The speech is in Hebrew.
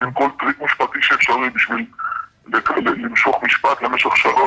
עושים כל טריק אפשרי כדי למשוך משפט למשך שלוש,